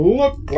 look